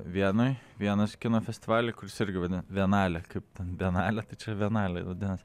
vienoj vienos kino festivaly kuris irgi vadinas vienalė kaip ten bienalė tai čia čia vienalė vadinas